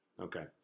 Okay